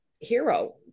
hero